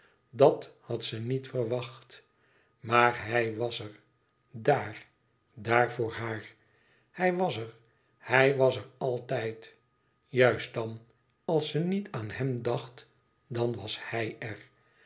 dat had ze niet verwacht maar hij was er dààr daar voor haar hij was er hij was er altijd juist dan als ze niet aan hem dacht dan was hij er